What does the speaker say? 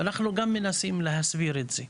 אנחנו גם מנסים להסביר את זה.